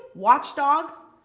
watchdog,